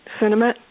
cinnamon